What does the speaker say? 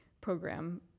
program